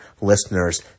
listeners